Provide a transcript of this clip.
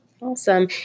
Awesome